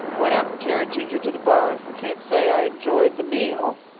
i went out and carried ginger to the barn. i can't say i enjoyed the meal.